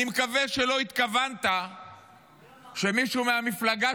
אני מקווה שלא התכוונת שמישהו מהמפלגה